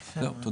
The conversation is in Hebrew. זהו, תודה.